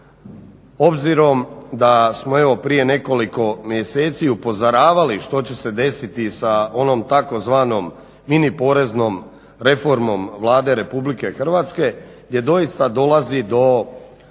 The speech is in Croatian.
obzirom da smo evo prije nekoliko mjeseci upozoravali što će se desiti sa onom tzv. mini poreznom reformom Vlade Republike Hrvatske jer doista dolazi do